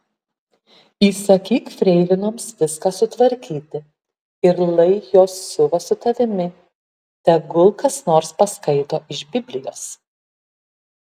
įsakyk freilinoms viską sutvarkyti ir lai jos siuva su tavimi tegul kas nors paskaito iš biblijos